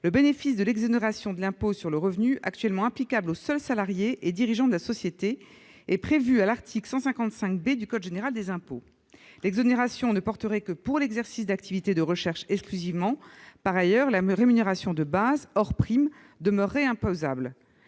le bénéfice de l'exonération de l'impôt sur le revenu actuellement applicable aux seuls salariés et dirigeants de sociétés et prévue à l'article 155 B du code général des impôts. L'exonération ne vaudrait que pour l'exercice d'activités de recherche exclusivement. Par ailleurs, la rémunération de base, hors prime, demeurerait imposable.